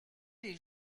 les